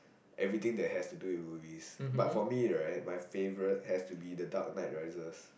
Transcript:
everything that has to do with movies but for me right my favourite has to be the Dark Knight Rises